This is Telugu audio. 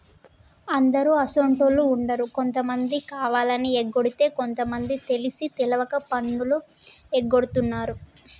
అందరు అసోంటోళ్ళు ఉండరు కొంతమంది కావాలని ఎగకొడితే కొంత మంది తెలిసి తెలవక పన్నులు ఎగగొడుతున్నారు